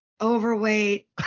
overweight